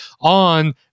on